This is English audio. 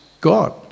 God